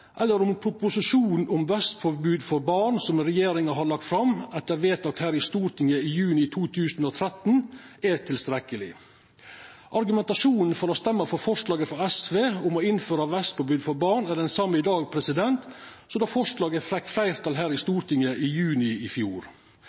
eller om proposisjonen om vestpåbod for barn, som regjeringa har lagt fram etter vedtak her i Stortinget i juni 2014, er tilstrekkeleg. Argumentasjonen for å stemma for forslaget frå SV om å innføra vestpåbod for barn er den same i dag som då forslaget fekk fleirtal her i Stortinget i juni i fjor.